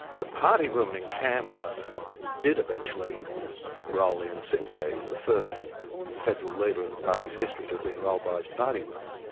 the party room in canberra did eventually roll ian sinclair he's the first federal leader in the party's history to have been rolled by his party room.